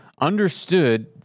understood